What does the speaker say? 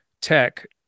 tech